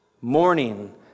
Morning